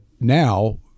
now